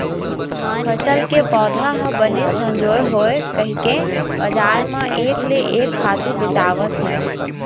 फसल के पउधा ह बने संजोर होवय कहिके बजार म एक ले एक खातू बेचावत हे